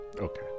Okay